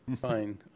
fine